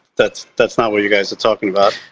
that's that's not what you guys are talking about?